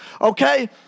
okay